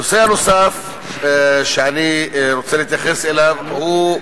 הנושא הנוסף שאני רוצה להתייחס אליו הוא,